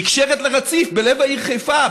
נקשרת לרציף בלב העיר חיפה,